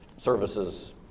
services